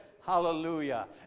Hallelujah